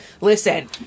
listen